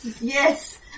Yes